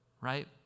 right